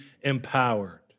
empowered